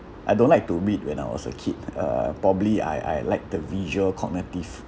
I don't like to read when I was a kid uh probably I I like the visual cognitive